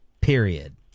period